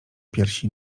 piersi